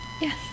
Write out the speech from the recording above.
Yes